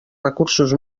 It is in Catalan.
recursos